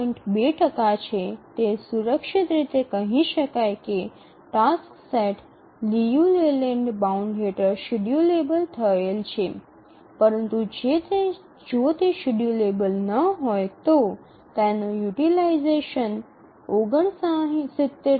૨ છે તે સુરક્ષિત રીતે કહી શકાય કે task set Liu Layland bound હેઠળ શેડ્યૂલેબલ થયેલ છે પરંતુ જો તે શેડ્યૂલેબલ ન હોય તો તેનો યુટીલાઈઝેશન ૬૯